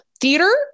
theater